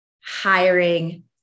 hiring